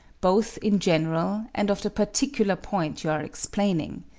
both in general and of the particular point you are explaining.